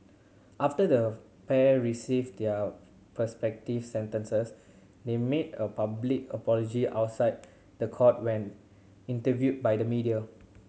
after the pair received their perspective sentences they made a public apology outside the court when interviewed by the media